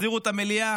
החזירו את המליאה,